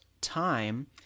Time